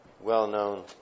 well-known